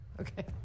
Okay